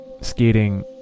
Skating